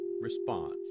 response